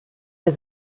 wir